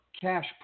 cash